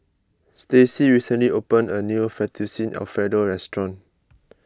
Stacy recently opened a new Fettuccine Alfredo restaurant